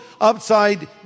upside